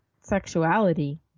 sexuality